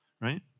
right